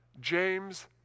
James